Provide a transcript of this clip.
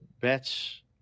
bets